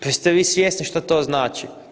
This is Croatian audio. Pa jeste vi svjesni što to znači?